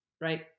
right